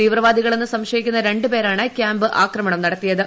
തീവ്രവാദികളെന്നു സംശയിക്കുന്ന രണ്ടുപേരാണ് കൃാമ്പ് ആക്രമണം നടത്തിയത്